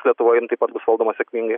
lietuvoj jinai taip pat bus valdoma sėkmingai